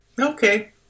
Okay